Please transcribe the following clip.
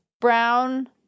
Brown